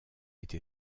été